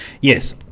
Yes